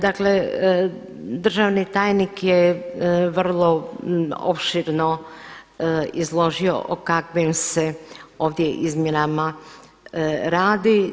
Dakle, državni tajnik je vrlo opširno izložio o kakvim se ovdje izmjenama radi.